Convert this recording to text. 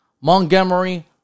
Montgomery